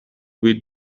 with